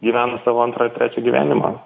gyvena savo antrą ar trečią gyvenimą